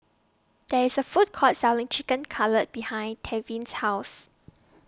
There IS A Food Court Selling Chicken Cutlet behind Tevin's House